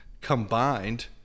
combined